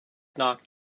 knocked